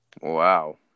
Wow